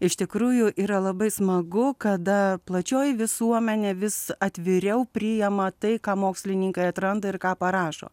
iš tikrųjų yra labai smagu kada plačioji visuomenė vis atviriau priima tai ką mokslininkai atranda ir ką parašo